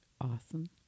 Awesome